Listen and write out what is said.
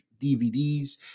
DVDs